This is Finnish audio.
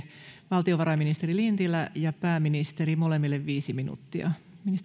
valtiovarainministeri lintilälle ja pääministerille molemmille viisi minuuttia